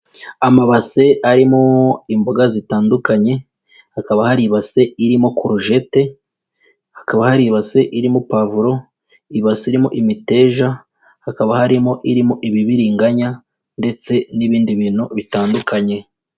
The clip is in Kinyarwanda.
Amabase arimo imboga zitandukanye, hakaba hari ibase irimo korojete, hakaba hari ibase irimo pavuro, ibase irimo imiteja, hakaba harimo irimo ibibiriganya ndetse n'ibindi bintu bitandukanye.